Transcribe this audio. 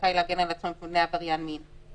זכאי להגן על עצמו מפני עבריין מין.